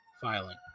filing